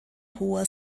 hoher